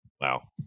wow